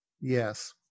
Yes